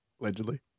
Allegedly